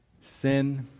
sin